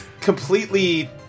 completely